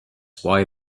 why